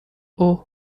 اوه